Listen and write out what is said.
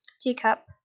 teacup